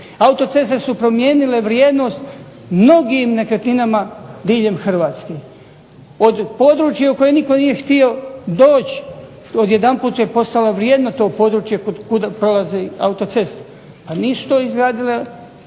autoceste su promijenile vrijednost mnogim nekretninama diljem Hrvatske, od područja u koja nitko nije htio doći odjedanput je postalo vrijedno to područje kojim prolazi autocesta, pa nisu to izgradile